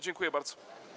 Dziękuję bardzo.